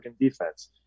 defense